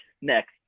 next